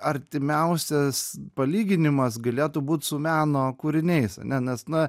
artimiausias palyginimas galėtų būt su meno kūriniais ane nes na